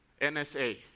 NSA